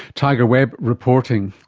tiger webb reporting